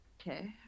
Okay